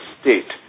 state